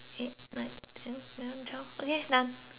ten eleven twelve okay done